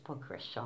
progression